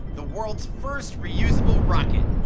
the world's first reusable rocket.